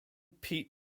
peat